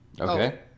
Okay